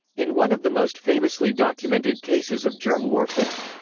in one of the most famously documented cases of germ warfare.